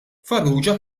farrugia